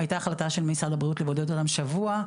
היתה החלטה של משרד הבריאות לבודד אותם שבוע,